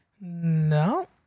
No